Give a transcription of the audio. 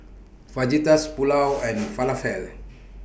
Fajitas Pulao and Falafel